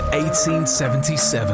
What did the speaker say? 1877